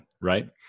right